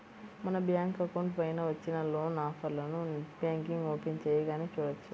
మన bank account పైన వచ్చిన లోన్ ఆఫర్లను నెట్ బ్యాంకింగ్ ఓపెన్ చేయగానే చూడవచ్చు